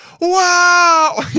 wow